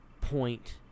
point